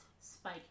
Spike